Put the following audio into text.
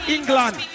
England